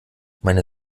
meine